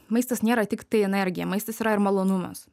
maistas nėra tiktai energija maistas yra ir malonumas